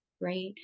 right